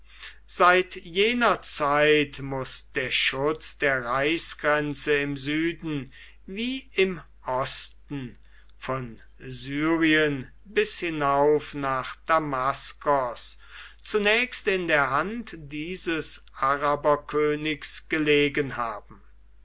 seit jener zeit muß der schutz der reichsgrenze im süden wie im osten von syrien bis hinauf nach damaskos zunächst in der hand dieses araberkönigs gelegen haben